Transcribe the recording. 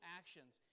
actions